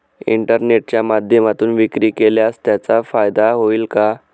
इंटरनेटच्या माध्यमातून विक्री केल्यास त्याचा फायदा होईल का?